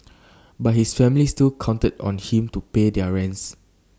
but his family still counted on him to pay their rents